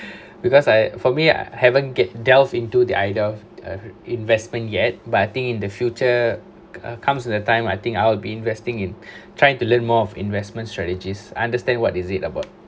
because I for me I haven't get delve into the idea of uh investment yet but I think in the future comes in a time I think I will be investing in trying to learn more of investment strategies I understand what is it about